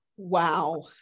wow